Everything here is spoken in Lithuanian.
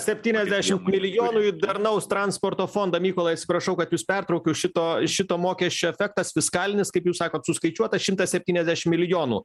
septyniasdešimt milijonų į darnaus transporto fondą mykolai atsiprašau kad jus pertraukiau šito šito mokesčio efektas fiskalinis kaip jūs sakot suskaičiuota šimtas septyniasdešim milijonų